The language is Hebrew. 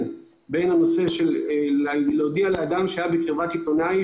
בין הנושא של להודיע לאדם שהיה בקרבת עיתונאי